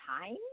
time